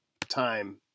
time